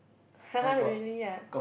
really ah